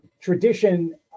tradition